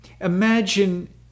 Imagine